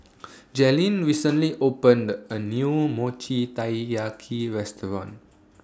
Jalyn recently opened A New Mochi Taiyaki Restaurant